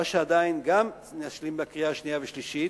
מה שגם נשלים לקראת קריאה שנייה ושלישית,